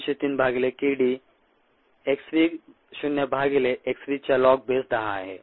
303 भागिले k d x v शून्य भागीले x v च्या लॉग बेस 10 आहे